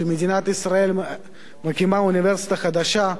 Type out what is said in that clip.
שמדינת ישראל מקימה אוניברסיטה חדשה,